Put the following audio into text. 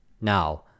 now